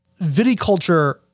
viticulture